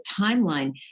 timeline